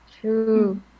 True